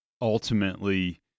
ultimately